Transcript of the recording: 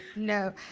no,